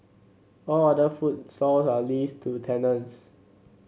all other food are leased to tenants